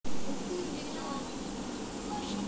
কত বছর পর্যন্ত বিমা করলে বিমার সম্পূর্ণ সুযোগ আদায় করা য়ায়?